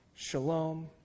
Shalom